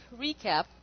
recap